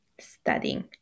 studying